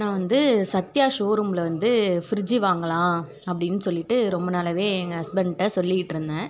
நான் வந்து சத்யா ஷோரூமில் வந்து ஃப்ரிட்ஜு வாங்கலாம் அப்படின் சொல்லிவிட்டு ரொம்ப நாளாகவே எங்கள் ஹஸ்பண்ட்கிட்ட சொல்லிகிட்டிருந்தேன்